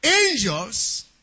Angels